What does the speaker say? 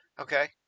Okay